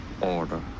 order